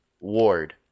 ward